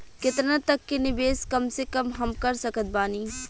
केतना तक के निवेश कम से कम मे हम कर सकत बानी?